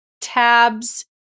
tabs